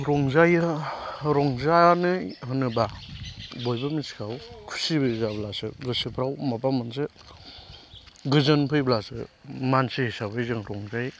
रंजायो रंजानाय होनोब्ला बयबो मोन्थिखागौ खुसि जायोब्लासो गोसोफ्राव माबा मोनसे गोजोन फैब्लासो मानसि हिसाबै जों रंजायो